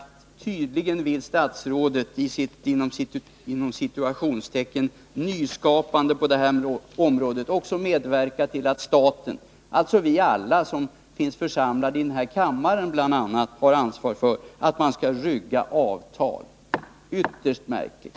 Tydligen vill statsrådet i sitt ”nyskapande” på detta område också medverka till att staten, där bl.a. alla vi som sitter i denna kammare har ett ansvar, ryggar avtal. Detta är ytterst märkligt.